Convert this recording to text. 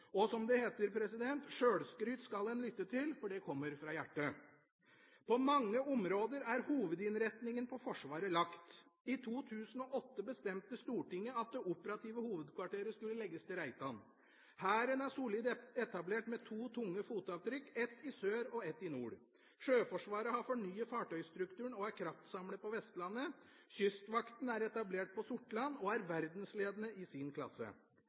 og som det heter: Sjølskryt skal en lytte godt til, for det kommer fra hjertet! På mange områder er hovedinnretningen på Forsvaret lagt. I 2008 bestemte Stortinget at det operative hovedkvarteret skulle legges til Reitan. Hæren er solid etablert med to tunge fotavtrykk, ett i sør og ett i nord. Sjøforsvaret har fornyet fartøysstrukturen og er kraftsamlet på Vestlandet. Kystvakten er etablert på Sortland og er verdensledende i sin klasse.